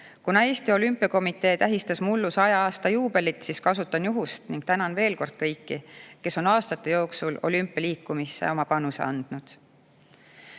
Kuna Eesti Olümpiakomitee tähistas mullu 100 aasta juubelit, siis kasutan juhust ning tänan veel kord kõiki, kes on aastate jooksul olümpialiikumisse oma panuse andnud. Avatud